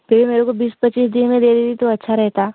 please मेरे को बीस पच्चीस दिन में दे दीजिये तो अच्छा रहता